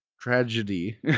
Tragedy